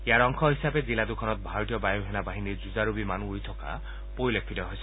ইয়াৰ অংশ হিচাপে জিলা দুখনত ভাৰতীয় বায়ু সেনা বাহিনীৰ যুঁজাৰু বিমান উৰি থকা পৰিলক্ষিত হৈছে